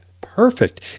perfect